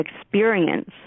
experience